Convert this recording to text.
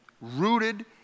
rooted